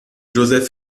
joseph